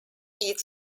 its